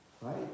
right